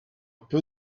peu